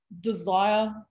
desire